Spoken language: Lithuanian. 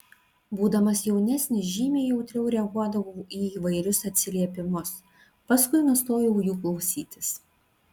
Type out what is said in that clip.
būdamas jaunesnis žymiai jautriau reaguodavau į įvairius atsiliepimus paskui nustojau jų klausytis